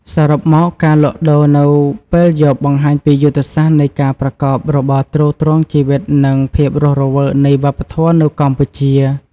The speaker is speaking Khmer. សរុបមក ការលក់ដូរនៅពេលយប់បង្ហាញពីយុទ្ធសាស្ត្រនៃការប្រកបរបរទ្រទ្រង់ជីវិត និងភាពរស់រវើកនៃវប្បធម៌នៅកម្ពុជា។